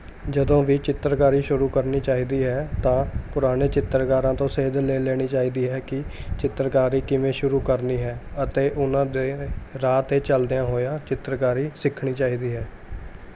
ਜਦੋਂ ਵੀ ਚਿੱਤਰਕਾਰੀ ਸ਼ੁਰੂ ਕਰਨੀ ਚਾਹੀਦੀ ਹੈ ਤਾਂ ਪੁਰਾਣੇ ਚਿੱਤਰਕਾਰਾਂ ਤੋਂ ਸੇਧ ਲੈ ਲੈਣੀ ਚਾਹੀਦੀ ਹੈ ਕਿ ਚਿੱਤਰਕਾਰੀ ਕਿਵੇਂ ਸ਼ੁਰੂ ਕਰਨੀ ਹੈ ਅਤੇ ਉਨ੍ਹਾਂ ਦੇ ਰਾਹ 'ਤੇ ਚੱਲਦਿਆਂ ਹੋਇਆਂ ਚਿੱਤਰਕਾਰੀ ਸਿੱਖਣੀ ਚਾਹੀਦੀ ਹੈ